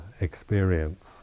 experience